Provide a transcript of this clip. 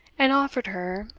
and offered her,